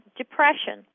depression